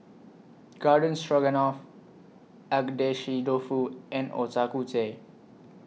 Garden Stroganoff Agedashi Dofu and Ochazuke